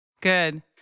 Good